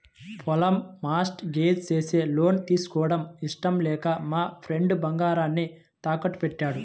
పొలం mortgage చేసి loan తీసుకోవడం ఇష్టం లేక మా ఫ్రెండు బంగారాన్ని తాకట్టుబెట్టాడు